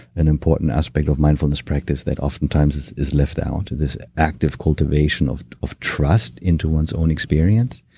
an important aspect of mindfulness practice that oftentimes is is left out, this active cultivation of of trust into one's own experience